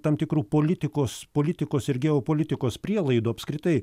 tam tikrų politikos politikos ir geopolitikos prielaidų apskritai